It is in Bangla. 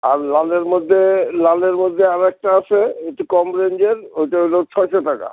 আর লালের মধ্যে লালের মধ্যে আরো একটা আছে ওই একটু কম রেঞ্জের ওইটা হইলো ছয়শো টাকা